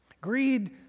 Greed